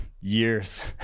years